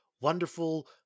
wonderful